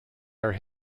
are